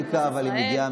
של הרב יצחק דוד גרוסמן,